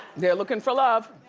they're lookin' for love.